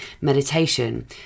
meditation